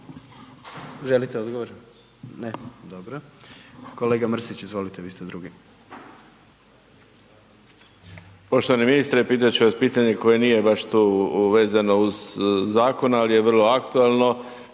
Želite odgovor? Ne, dobro. Kolega Mrsić izvolite, vi ste drugi. **Mrsić, Mirando (Demokrati)** Poštovani ministre, pitat ću vas pitanje koje nije baš tu vezano uz zakon, al je vrlo aktualno,